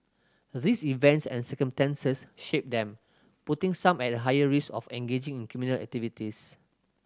these events and circumstances shape them putting some at a higher risk of engaging in criminal activities